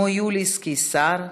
יוליוס קיסר,